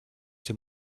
ser